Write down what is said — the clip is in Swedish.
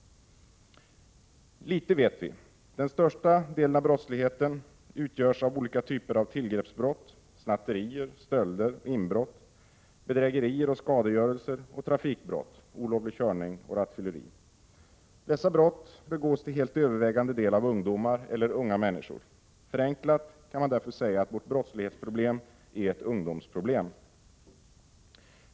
Litet vet vi. Den största delen av brottsligheten utgörs av olika typer av tillgreppsbrott—-snatterier, stölder och inbrott —, bedrägerier och skadegörelser samt trafikbrott som olovlig körning och rattfylleri. Dessa brott begås till helt övervägande del av ungdomar eller unga människor. Förenklat kan man därför säga att vårt brottslighetsproblem är ett ungdomsproblem.